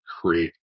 create